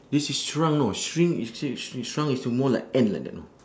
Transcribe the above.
this is shrunk know shrink is actually uh shrink shrunk is to more like ant like that know